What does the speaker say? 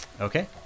Okay